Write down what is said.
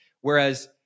whereas